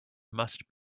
must